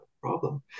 problem